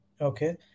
okay